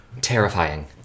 Terrifying